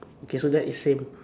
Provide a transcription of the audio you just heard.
okay so that is same